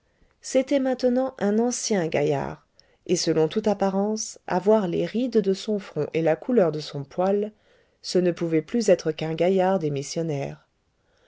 c'était maintenant un ancien gaillard et selon toute apparence à voir les rides de son front et la couleur de son poil ce ne pouvait plus être qu'un gaillard démissionnaire